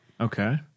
Okay